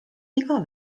viga